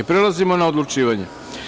Prelazimo na odlučivanje.